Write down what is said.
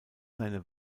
seine